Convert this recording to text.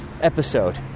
episode